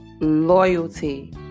loyalty